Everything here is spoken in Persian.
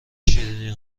شیرینی